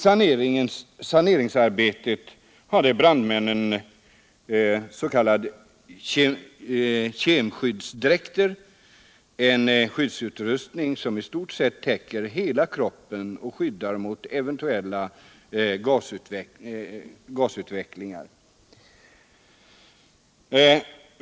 Under saneringsarbetet hade brandmännen s.k. kemskyddsdräkter — en skyddsutrustning som i stort sett täcker hela kroppen och skyddar mot eventuell gasutveckling.